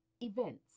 events